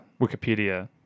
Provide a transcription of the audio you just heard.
wikipedia